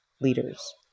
leaders